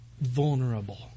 vulnerable